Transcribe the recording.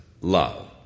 love